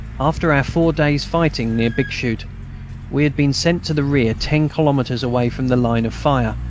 after our four days' fighting near bixschoote we had been sent to the rear, ten kilometres away from the line of fire,